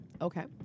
okay